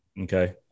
okay